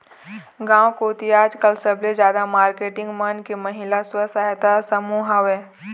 गांव कोती आजकल सबले जादा मारकेटिंग मन के महिला स्व सहायता समूह हवय